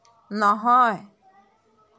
নহয়